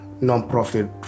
non-profit